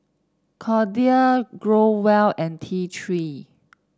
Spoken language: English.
Kordel Growell and T Three